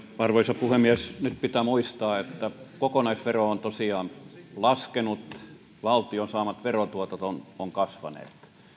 arvoisa puhemies nyt pitää muistaa että kokonaisvero on tosiaan laskenut valtion saamat verotuotot ovat kasvaneet